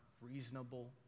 reasonable